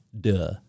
Duh